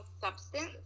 substance